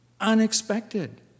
Unexpected